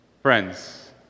Friends